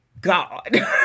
God